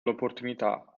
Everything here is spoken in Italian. l’opportunità